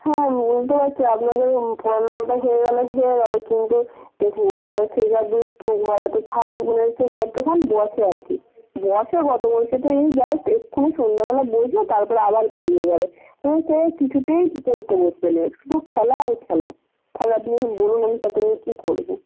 হ্যাঁ বুঝতে পারছি আপনাদেরও পড়ানোটা হয়ে গেল হয়ে গেল কিন্তু দেখুন এবারে সে যা দুষ্টু ঘরে তো থাকলে হচ্ছে যতক্ষণ বসে আর কি বসে কতক্ষণ সে তো এই জাস্ট এক্ষুণি সন্ধ্যাবেলা বসল তারপরে আবার বেরিয়ে গেল এ সে কিছুতেই পড়তে বসবে না শুধু খেলা আর খেলা টেলা দিয়ে বলুন আমি তাকে নিয়ে কী করব